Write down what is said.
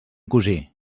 cosí